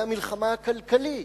והמלחמה הכלכלית,